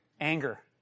Anger